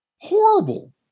horrible